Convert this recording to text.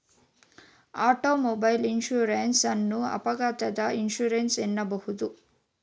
automobile insurance ಅನ್ನು ಅಪಘಾತ insurance ಎನ್ನಬಹುದು